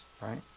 right